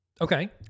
Okay